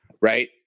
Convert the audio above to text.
right